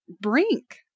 brink